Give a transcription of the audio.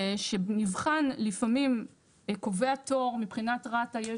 שנבחן לפעמים קובע תור מבחינה רת"א יש